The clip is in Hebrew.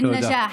בנג'אח.